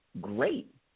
great